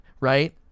Right